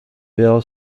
bill